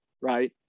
right